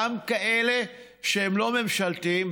גם כאלה שהם לא ממשלתיים,